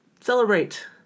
Celebrate